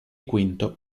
quinto